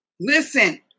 listen